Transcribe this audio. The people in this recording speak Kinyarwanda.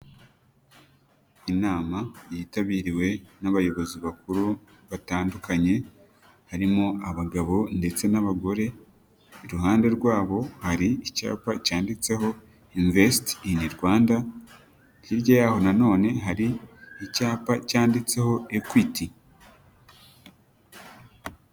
Inama yitabiriwe n'abayobozi bakuru batandukanye harimo abagabo ndetse n'abagore, iruhande rwabo hari icyapa cyanditseho imvesiti ini Rwanda, hirya y'aho nanone hari icyapa cyanditseho ekwiti.